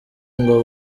ngo